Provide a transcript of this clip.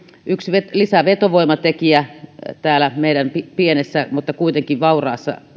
yksi lisävetovoimatekijä täällä meidän pienessä mutta kuitenkin vauraassa